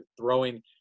throwing